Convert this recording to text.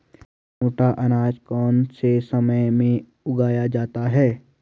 मोटा अनाज कौन से समय में उगाया जाता है?